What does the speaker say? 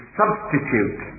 substitute